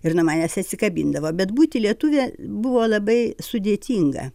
ir nuo manęs atsikabindavo bet būti lietuve buvo labai sudėtinga